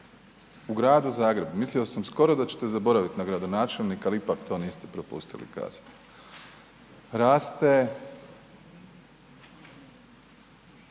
U Gradu Zagrebu, mislio sam skoro da ćete zaboraviti na gradonačelnika, al ipak to niste propustili kazati, raste